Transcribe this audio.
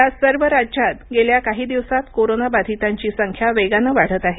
या सर्व राज्यांत गेल्या काही दिवसांत कोरोना बाधितांची संख्या वेगानं वाढत आहे